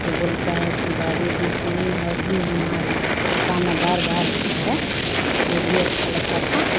वह बोलता है कि बाबू जी सुनिए अर्जी हमार वह गाना बार बार आता है वह भी अच्छा लगता था